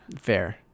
fair